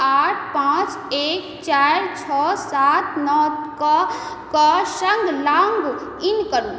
आठ पाँच एक चारि छओ सात नओके सङ्ग लॉग इन करू